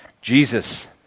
Jesus